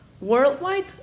worldwide